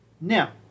Now